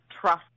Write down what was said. trust